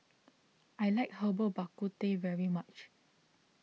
I like Herbal Bak Ku Teh very much